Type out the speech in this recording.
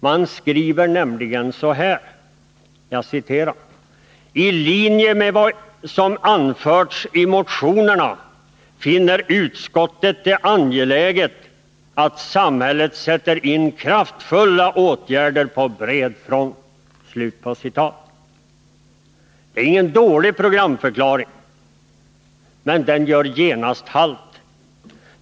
Man skriver nämligen: ”I linje med vad som anförs i motionerna finner utskottet det därför angeläget att samhället sätter in kraftfulla åtgärder på bred front ——-.” Det är ingen dålig programförklaring. Men den gör genast halt.